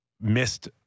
missed